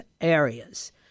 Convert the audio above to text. areas